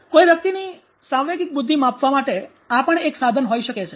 કોઈ વ્યક્તિની સાંવેગિક બુદ્ધિ માપવા માટે આ પણ એક સાધન હોઈ શકે છે